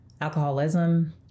alcoholism